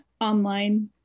online